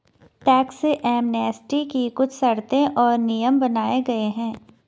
tax amnesty की कुछ शर्तें और नियम बनाये गये हैं